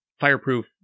fireproof